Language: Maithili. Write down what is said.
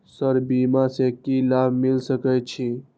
सर बीमा से की लाभ मिल सके छी?